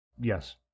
yes